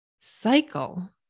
cycle